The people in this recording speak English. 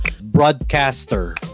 broadcaster